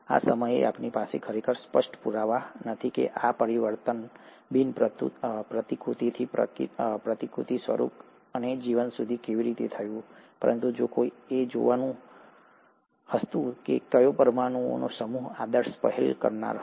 આ સમયે અમારી પાસે ખરેખર સ્પષ્ટ પુરાવા નથી કે આ પરિવર્તન બિન પ્રતિકૃતિથી પ્રતિકૃતિ સ્વરૂપ અને જીવન સુધી કેવી રીતે થયું પરંતુ જો કોઈ એ જોવાનું હતું કે કયો પરમાણુઓનો સમૂહ આદર્શ પહેલ કરનાર હતો